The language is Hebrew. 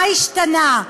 מה השתנה?